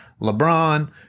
LeBron